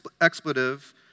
expletive